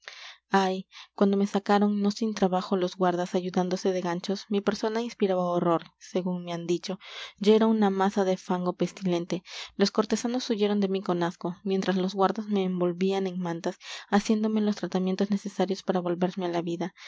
ay cuando me sacaron no sin trabajo los guardas ayudándose de ganchos mi persona inspiraba horror según me han dicho yo era una masa de fango pestilente los cortesanos huyeron de mí con asco mientras los guardas me envolvían en mantas haciéndome los tratamientos necesarios para volverme a la vida